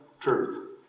truth